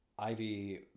Ivy